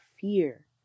fear